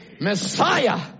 messiah